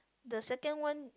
the second one